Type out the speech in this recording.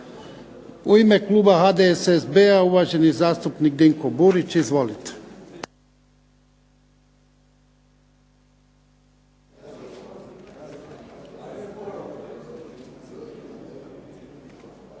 U ime kluba HDSSB-a uvaženi zastupnik Dinko Burić. Izvolite.